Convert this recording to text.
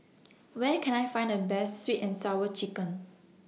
Where Can I Find The Best Sweet and Sour Chicken